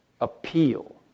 appeal